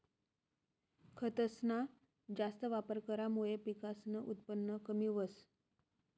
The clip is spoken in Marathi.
खतसना जास्त वापर करामुये पिकसनं उत्पन कमी व्हस